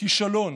כישלון.